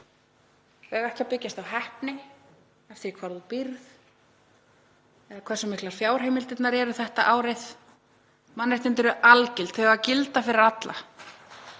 eiga ekki að byggjast á heppni, á því hvar þú býrð eða hversu miklar fjárheimildirnar eru þetta árið. Mannréttindi eru algild, þau eiga að gilda fyrir alla